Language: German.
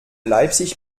leipzig